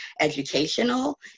educational